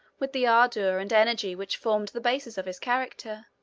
with the ardor and energy which formed the basis of his character,